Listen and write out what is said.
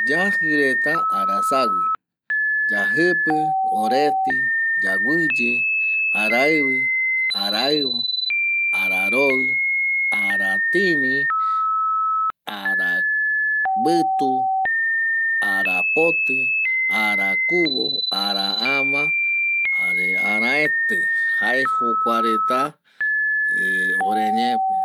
Yaji reta arasagüi yajipi, oreti, yagüiye, araivi, araroi, aratini, ara vitu, ara poti, ara kuvo, ara ama jare araete jae jokua reta ore ñe pe.